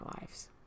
lives